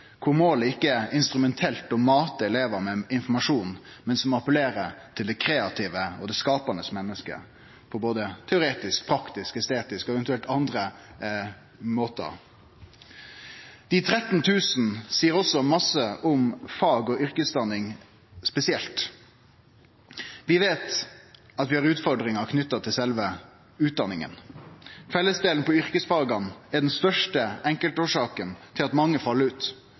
kor målet ikkje er instrumentelt å mate elevar med informasjon, men som appellerer til det kreative og det skapande mennesket, både teoretisk, praktisk, estetisk og eventuelt på andre måtar. Dei 13 000 seier også masse om fag- og yrkesutdanning spesielt. Vi veit at vi har utfordringar knytte til sjølve utdanninga. Fellesdelen på yrkesfaga er den største enkeltårsaka til at mange fell ut.